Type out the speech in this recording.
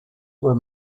were